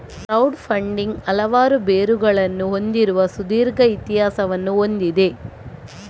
crowd funding ಹಲವಾರು ಬೇರುಗಳನ್ನು ಹೊಂದಿರುವ ಸುದೀರ್ಘ ಇತಿಹಾಸವನ್ನು ಹೊಂದಿದೆ